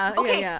okay